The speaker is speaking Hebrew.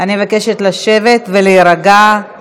אני מבקשת לשבת ולהירגע.